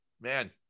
man